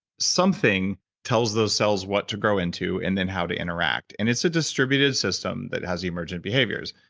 something tells those cells what to grow into and then how to interact. and it's a distributed system that has emergent behaviors.